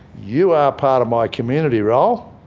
you are part of my community role,